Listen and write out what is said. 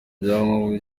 byangombwa